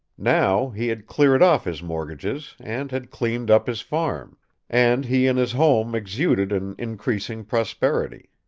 now, he had cleared off his mortgages and had cleaned up his farm and he and his home exuded an increasing prosperity.